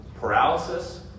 paralysis